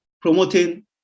promoting